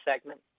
segment